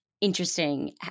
interesting